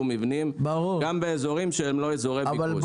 מבנים גם באיזורים שהם לא איזורי ביקוש.